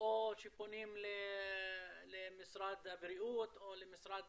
או שפונים למשרד הבריאות או למשרד